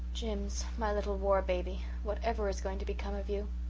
jims, my little war-baby, whatever is going to become of you?